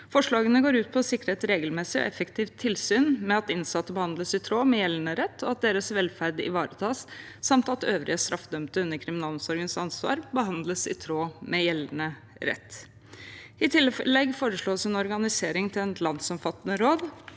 Forslagene går ut på å sikre et regelmessig og effektivt tilsyn med at innsatte behandles i tråd med gjeldende rett, at deres velferd ivaretas, samt at øvrige straffedømte under kriminalomsorgens ansvar behandles i tråd med gjeldende rett. I tillegg foreslås det å omorganisere til et landsomfattende råd